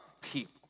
people